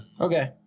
Okay